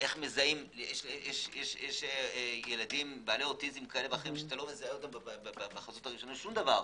יש ילדים בעלי אוטיזם כאלה ואחרים שבחזות לא רואים דבר,